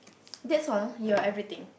that's all your everything